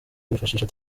bifashisha